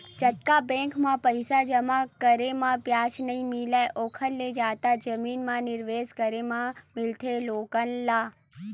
जतका बेंक म पइसा जमा करे म बियाज नइ मिलय ओखर ले जादा जमीन म निवेस करे म मिलथे लोगन ल